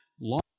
long